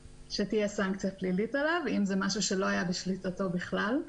שתהיה סנקציה פלילית על בן אדם אם זה משהו שלא היה בשליטתו בכלל.